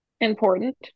important